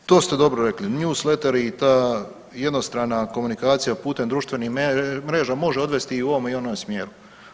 Ja, to ste dobro rekli, newsletteri i ta jednostrana komunikacija putem društvenih mreža može odvesti i u ovome i u onome smjeru.